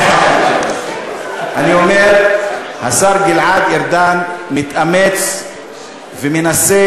אני אומר שהשר גלעד ארדן מתאמץ ומנסה